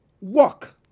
walk